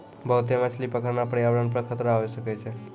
बहुते मछली पकड़ना प्रयावरण पर खतरा होय सकै छै